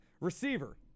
Receiver